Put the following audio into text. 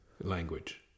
language